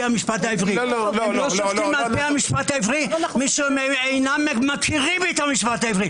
המשפט העברי כי אינם מכירים אותו.